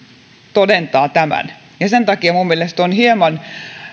todentaa tämän sen takia minun mielestäni on hieman